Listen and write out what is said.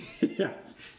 Yes